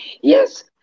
Yes